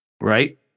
Right